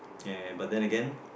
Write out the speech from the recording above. and but then again